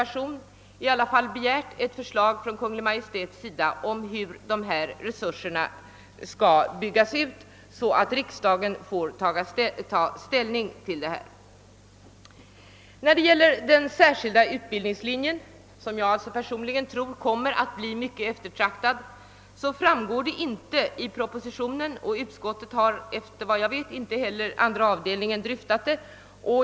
Vi har i vår reservation begärt ett förslag från Kungl. Maj:t om hur resurserna skall byggas ut, ett förslag som riksdagen sedan skall ta ställning till. Beträffande den särskilda utbildningslinjen — som jag alltså tror kommer att bli mycket eftersökt — framgår det inte av propositionen vilka krav som kommer att ställas. Såvitt jag vet har inte heller utskottets andra avdelning dryftat den saken.